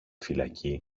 φυλακή